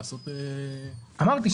אמרתי.